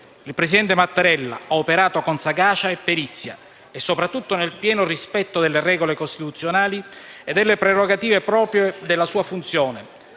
Il presidente Mattarella ha operato con sagacia e perizia, e soprattutto nel pieno rispetto delle regole costituzionali e delle prerogative proprie della sua funzione,